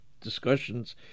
discussions